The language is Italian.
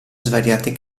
svariate